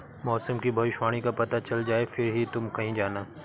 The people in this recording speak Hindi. मौसम की भविष्यवाणी का पता चल जाए फिर ही तुम कहीं जाना